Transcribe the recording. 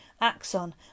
axon